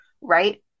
right